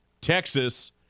Texas